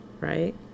Right